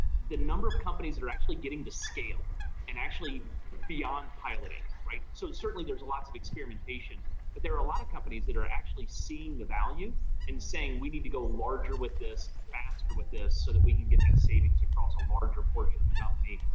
the number of companies have that are actually getting to scale and actually beyond piloting, right? so certainly there's lots of experimentation. but there are a lot of companies that are actually seeing the value and saying we need to go larger with this, faster with this, so that we can get that savings across a larger portion of the company,